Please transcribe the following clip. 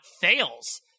fails